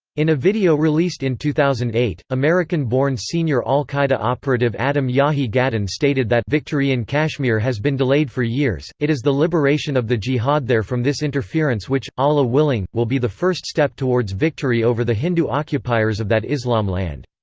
in a video released in two thousand and eight, american-born senior al-qaeda operative adam yahiye gadahn stated that victory in kashmir has been delayed for years it is the liberation of the jihad there from this interference which, allah willing, will be the first step towards victory over the hindu occupiers of that islam land.